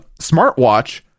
smartwatch